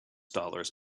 dollars